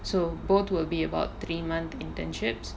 so both will be about three month internships